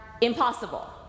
impossible